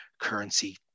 currency